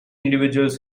individuals